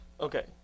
Okay